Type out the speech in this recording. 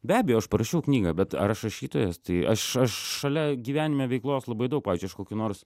be abejo aš parašiau knygą bet ar aš rašytojas tai aš aš šalia gyvenime veiklos labai daug pavyzdžiui aš kokių nors